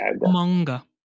manga